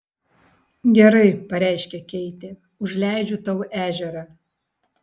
gerai pareiškė keitė užleidžiu tau ežerą